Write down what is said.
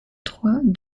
trois